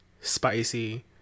spicy